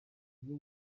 bwo